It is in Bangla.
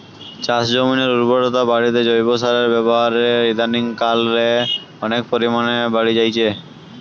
চাষজমিনের উর্বরতা বাড়িতে জৈব সারের ব্যাবহার ইদানিং কাল রে অনেক পরিমাণে বাড়ি জাইচে